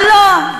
אבל לא.